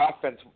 offense